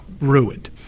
ruined